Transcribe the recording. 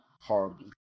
horribly